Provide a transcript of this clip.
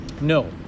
no